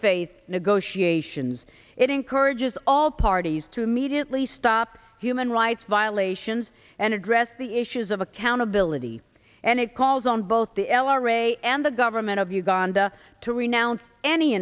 faith negotiations it encourages all parties to immediately stop human rights violations and address the issues of accountability and it calls on both the l r a and the government of uganda to